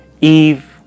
Eve